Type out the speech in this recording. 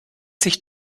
sich